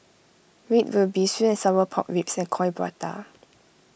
Red Ruby Sweet and Sour Pork Ribs and Coin Prata